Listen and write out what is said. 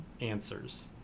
answers